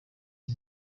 iyi